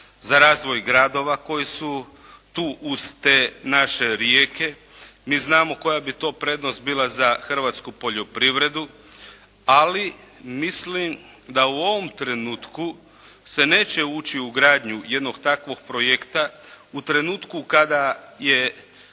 za razvoj gradova koji su tu uz te naše rijeke. Mi znamo koja bi to prednost bila za hrvatsku poljoprivredu, ali mislim da u ovom trenutku se neće ući u gradnju jednog takvog projekta, u trenutku kada je